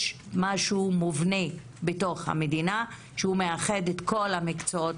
יש משהו מובנה בתוך המדינה שהוא מאחד את כל המקצועות